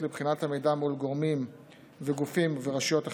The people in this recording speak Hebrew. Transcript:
לבחינת המידע מול גופים ורשויות אחרות,